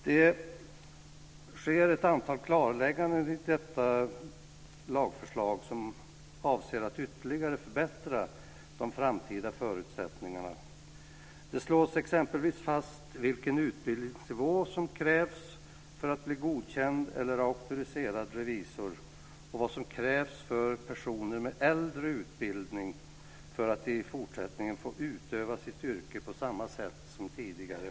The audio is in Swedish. Det sker ett antal klarlägganden i detta lagförslag som avser att ytterligare förbättra de framtida förutsättningarna. Det slås exempelvis fast vilken utbildningsnivå som krävs för att bli godkänd eller auktoriserad revisor och vad som krävs för att personer med äldre utbildning ska kunna fortsätta att utöva sitt yrke på samma sätt som tidigare.